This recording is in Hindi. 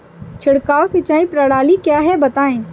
छिड़काव सिंचाई प्रणाली क्या है बताएँ?